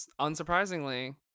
unsurprisingly